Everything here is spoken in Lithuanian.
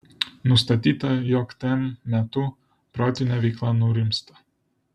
nustatyta jog tm metu protinė veikla nurimsta